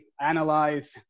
analyze